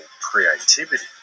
creativity